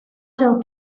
cau